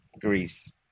Greece